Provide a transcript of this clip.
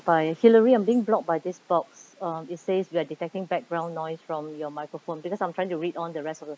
by hillary I'm being blocked by this box uh it says you are detecting background noise from your microphone because I'm trying to read on the rest of the